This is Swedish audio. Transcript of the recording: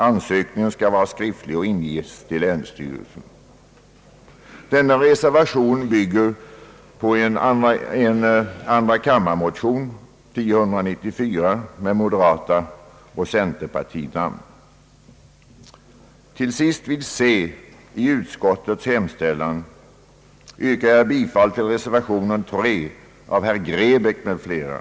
Ansökningen skall vara skriftlig och ingivas till länsstyrelsen.» Till sist yrkar jag vid C i utskottets hemställan bifall till reservationen III av herr Grebäck m.fl.